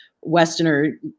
Westerner